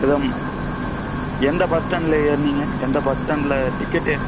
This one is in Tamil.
எதுவும் எந்த பஸ் ஸ்டாண்டில் ஏறுனீங்க எந்த பஸ் ஸ்டாண்டில் டிக்கெட்டு